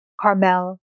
Carmel